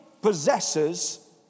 possesses